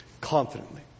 confidently